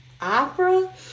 Opera